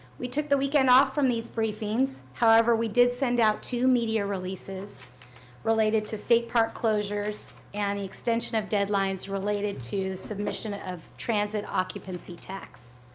we took the weekend off from these briefings, however we did send out two media releases related to state park closures and the extension of deadlines related to submission of transit occupancy tax.